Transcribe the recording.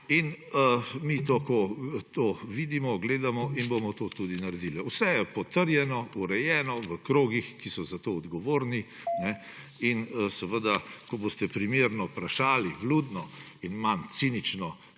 in mi to vidimo, gledamo in bomo to tudi naredili. Vse je potrjeno, urejeno, v krogih, ki so za to odgovorni. Seveda, ko boste primerno vprašali, vljudno in manj cinično